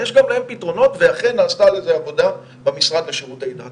אבל יש גם להם פתרונות ואכן נעשתה על זה עבודה במשרד לשירותי דת.